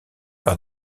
par